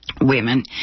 women